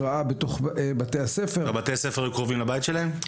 בתי הספר קרובים לבית שלהם?